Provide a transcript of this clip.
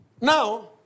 Now